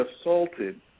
assaulted